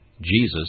Jesus